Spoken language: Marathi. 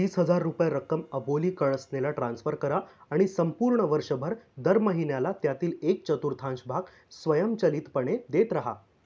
तीस हजार रुपये रक्कम अबोली कळसनेला ट्रान्स्फर करा आणि संपूर्ण वर्षभर दर महिन्याला त्यातील एक चतुर्थांश भाग स्वयंचलितपणे देत रहा